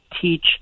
teach